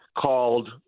called